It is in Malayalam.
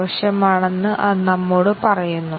നമുക്ക് ഉദാഹരണം നോക്കാം